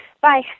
Bye